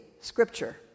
scripture